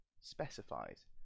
specifies